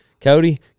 cody